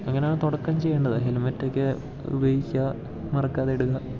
അങ്ങനെയാണ് തുടക്കം ചെയ്യേണ്ടത് ഹെൽമറ്റൊക്കെ ഉപയോഗിക്കാൻ മറക്കാതെ ഇടുക